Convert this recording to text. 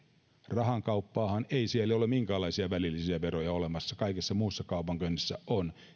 rahankaupassahan ei ole minkäänlaisia välillisiä veroja olemassa kaikessa muussa kaupankäynnissä on